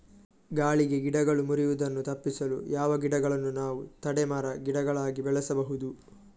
ಗಾಳಿಗೆ ಗಿಡಗಳು ಮುರಿಯುದನ್ನು ತಪಿಸಲು ಯಾವ ಗಿಡಗಳನ್ನು ನಾವು ತಡೆ ಮರ, ಗಿಡಗಳಾಗಿ ಬೆಳಸಬಹುದು?